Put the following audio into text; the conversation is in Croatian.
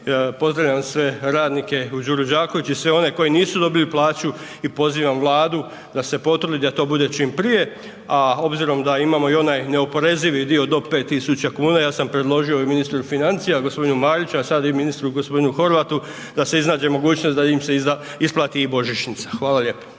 pozdravljam sve radnike u Đuri Đakoviću i sve one koji nisu dobili plaću i pozivam Vladu da se potrudi da to bude čim prije, a obzirom da imamo i onaj neoporezivi dio do 5.000 kuna ja sam predložio i ministru financija gospodinu Mariću, a sad i ministru gospodinu Horvatu da se iznađe mogućnost da im se isplati i božićnica. Hvala lijepa.